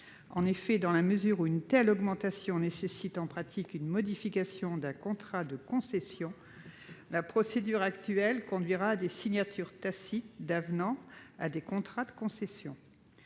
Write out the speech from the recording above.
de l'État. Dans la mesure où une telle augmentation nécessite en pratique une modification d'un contrat de concession, la procédure actuelle conduirait à des signatures tacites d'avenant à des contrats de concession.